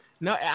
No